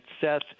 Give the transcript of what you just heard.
Seth